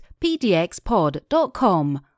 pdxpod.com